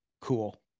cool